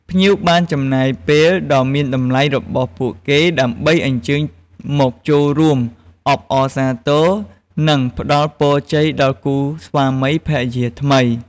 ភ្ញៀវបានចំណាយពេលដ៏មានតម្លៃរបស់ពួកគេ ដើម្បីអញ្ជើញមកចូលរួមអបអរសាទរ និងផ្តល់ពរជ័យដល់គូស្វាមីភរិយាថ្មី។